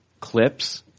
Clips